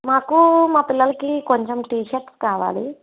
మాకు మా పిల్లలకి కొంచెం టీషర్ట్స్ కావాలి